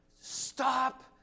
Stop